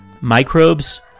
microbes